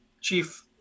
chief